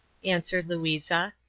answered louisa,